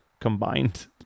combined